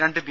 രണ്ട് ബി